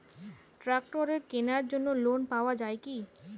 ট্রাক্টরের কেনার জন্য লোন পাওয়া যায় কি?